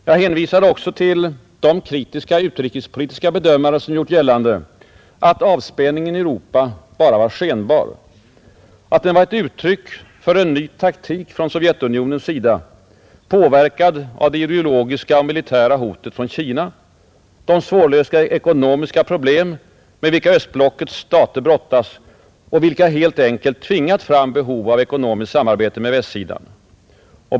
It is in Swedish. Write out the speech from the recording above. Jag hänvisade också till de kritiska utrikespolitiska bedömare som gjort gällande, att avspänningen i Europa bara var skenbar, att den var ett uttryck för en ny taktik från Sovjetunionens sida, påverkad av det ideologiska och militära hotet från Kina, de svårlösliga ekonomiska problem, med vilka östblockets stater brottas och vilka helt enkelt tvingat fram behov av ekonomiskt samarbete med västsidan.